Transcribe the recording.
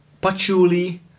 patchouli